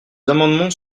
amendements